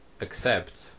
accept